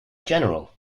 general